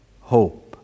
hope